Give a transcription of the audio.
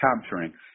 capturing